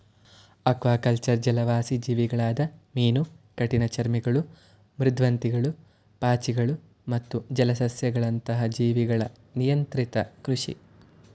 aquaculture ಜಲವಾಸಿ ಜೀವಿಗಳಾದ ಮೀನು ಕಠಿಣಚರ್ಮಿಗಳು ಮೃದ್ವಂಗಿಗಳು ಪಾಚಿಗಳು ಮತ್ತು ಜಲಸಸ್ಯಗಳಂತಹ ಜೀವಿಗಳ ನಿಯಂತ್ರಿತ ಕೃಷಿ